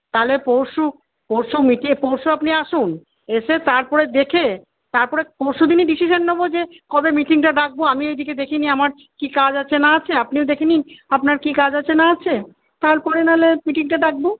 তাহলে পরশু পরশু পরশু আপনি আসুন এসে তারপরে দেখে তারপরে পরশু দিনই ডিসিশন নেব যে কবে মিটিংটা ডাকবো আমি এইদিকে দেখে নিই আমার কী কাজ আছে না আছে আপনিও দেখে নিন আপনার কী কাজ আছে না আছে তারপরে নাহলে মিটিংটা ডাকবো